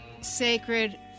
sacred